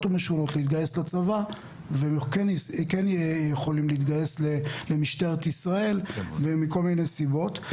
ומשונות להתגייס לצבא וכן יכולים להתגייס למשטרת ישראל ומכל מיני סיבות.